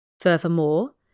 Furthermore